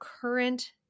current